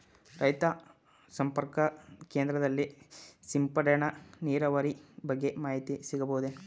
ರೈತ ಸಂಪರ್ಕ ಕೇಂದ್ರದಲ್ಲಿ ಸಿಂಪಡಣಾ ನೀರಾವರಿಯ ಬಗ್ಗೆ ಮಾಹಿತಿ ಸಿಗಬಹುದೇ?